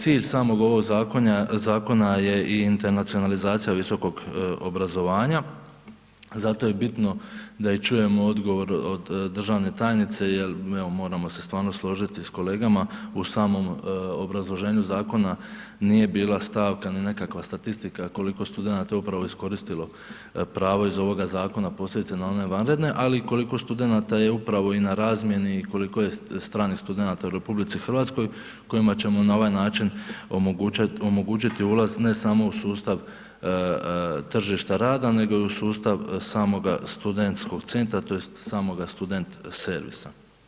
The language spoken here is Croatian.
Cilj samog ovog zakona je i internacionalizacija visokog obrazovanja zato je bitno da čujemo odgovor od državne tajnice jer evo moramo se stvarno složiti s kolegama u samom obrazloženju zakona nije bila stavka ni nekakva statistika koliko je studenata upravo iskoristilo pravo iz ovoga zakona, posebice na one vanredne, ali koliko studenata je upravo i na razmjeni i koliko je stranih studenata u RH kojima ćemo na ovaj način omogućiti ulaz ne samo u sustav tržišta rada nego i u sustav samog studentskog centra tj. samoga student servisa.